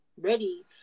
ready